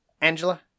angela